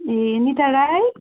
ए Nita Rai